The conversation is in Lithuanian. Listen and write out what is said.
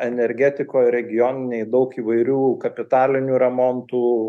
energetikoj regioniniai daug įvairių kapitalinių remontų